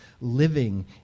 living